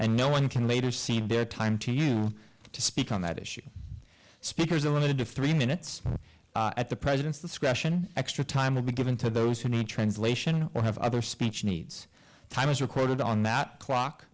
and no one can later see their time to you to speak on that issue speakers related to the minutes at the president's discretion extra time would be given to those who need translation or have other speech needs time is recorded on that clock